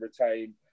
retain